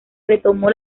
retomó